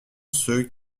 ceux